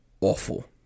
awful